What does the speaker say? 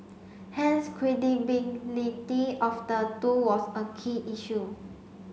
hence credibility of the two was a key issue